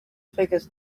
figures